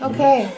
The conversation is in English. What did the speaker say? Okay